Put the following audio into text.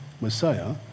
Messiah